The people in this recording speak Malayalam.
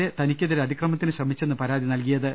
എ തനി യ്ക്കെതിരെ അതിക്രമത്തിന് ശ്രമിച്ചെന്ന് പരാതി നൽകിയത്